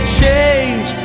change